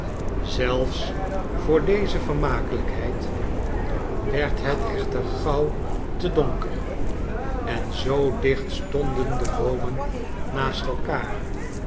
zelfs voor deze vermakelijkheid werd het echter gauw te donker en zoo dicht stonden de boomen naast elkaar